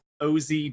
OZ